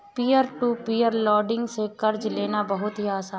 peer to peer lending से कर्ज लेना बहुत ही आसान है